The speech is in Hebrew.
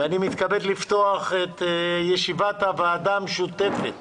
אני מתכבד לפתוח את ישיבת הוועדה המשותפת